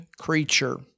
creature